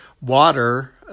water